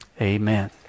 Amen